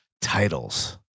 titles